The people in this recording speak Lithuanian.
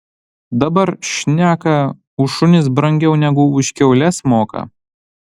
dabar šneka už šunis brangiau negu už kiaules moka